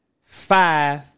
five